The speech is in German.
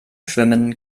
schwimmen